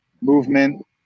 movement